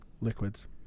liquids